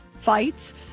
fights